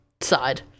side